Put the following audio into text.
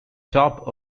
top